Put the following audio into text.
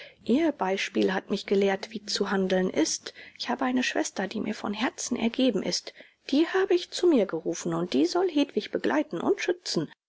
ihr beispiel hat mich gelehrt wie zu handeln ist ich habe eine schwester die mir von herzen ergeben ist die habe ich zu mir gerufen und die soll hedwig begleiten und schützen